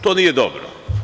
To nije dobro.